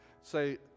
say